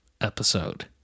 episode